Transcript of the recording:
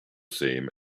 same